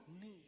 need